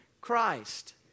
Christ